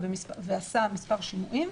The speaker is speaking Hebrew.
ועשה מספר שינויים,